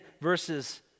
verses